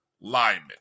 lineman